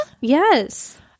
yes